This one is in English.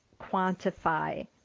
quantify